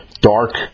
dark